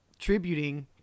tributing